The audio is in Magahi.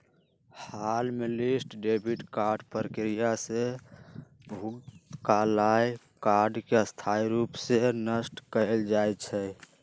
हॉट लिस्ट डेबिट कार्ड प्रक्रिया से भुतलायल कार्ड के स्थाई रूप से नष्ट कएल जाइ छइ